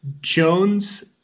jones